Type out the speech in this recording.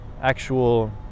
actual